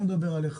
אני לא מדבר עליך